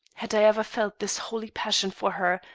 had i ever felt this holy passion for her,